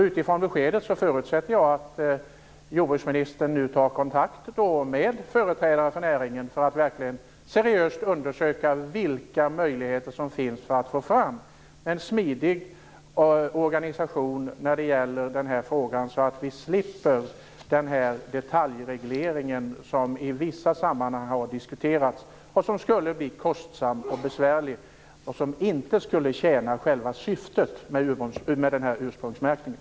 Utifrån det beskedet förutsätter jag att jordbruksministern nu tar kontakt med företrädare för näringen för att seriöst undersöka vilka möjligheter som finns att få fram en smidig organisation så att vi slipper den detaljreglering som diskuterats i vissa sammanhang och som skulle bli kostsam och besvärlig och som inte skulle tjäna själva syftet med ursprungsmärkningen.